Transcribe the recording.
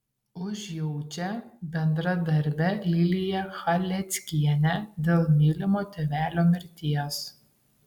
užjaučia bendradarbę liliją chaleckienę dėl mylimo tėvelio mirties